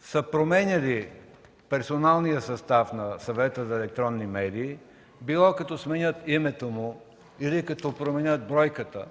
са променяли персоналния състав на Съвета за електронни медии, било като сменят името му или като променят бройката,